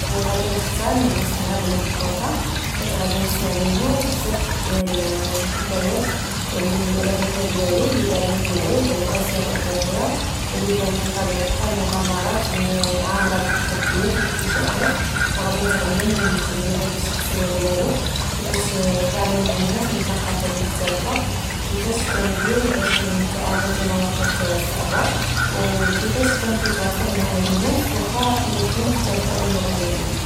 غادي نختار نجلس مع بنوب الطوطة، حيت غادي نسمع منو بزاف ديال الحكايات إللي على الرحلة ديالو إللي دار من المغرب لآسيا وإفريقيا، وإللي كانت بطبيعة الحال مغامرات لما عامرة بالتحديات والاكتشافات، وغادي نتعلم من تجربة الشخصية ديالو، كيفاش تعامل مع الناس من ثقافات مختلفة، وكيفاش كان يدير بش يتعامل في المواقف الصعبة وكيفاش كان كيتواصل مع هاد الناس وخا لوقتهم مختلفة على اللغة ديالو